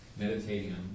Meditating